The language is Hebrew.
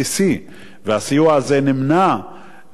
והסיוע הזה נמנע מהאזרחים.